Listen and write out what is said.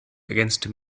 ergänzte